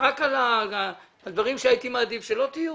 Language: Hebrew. רק על דברים שהייתי מעדיף שלא תהיו?